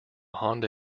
honda